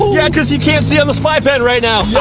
yeah, cause he can't see on the spy pen right now.